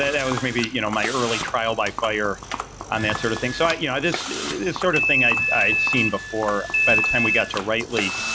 that was maybe you know my early trial by fire on that sort of thing. so yeah this sort of thing i'd i'd seen before by the time we got to writely.